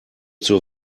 zur